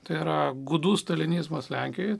tai yra gudų stalinizmas lenkijoje